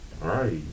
right